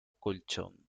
colchón